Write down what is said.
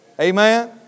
Amen